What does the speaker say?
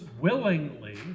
willingly